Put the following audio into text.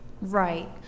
Right